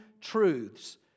truths